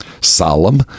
solemn